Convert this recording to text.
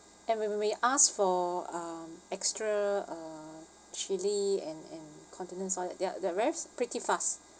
and when when we asked for um extra uh chili and and condiments all that they are they are very pretty fast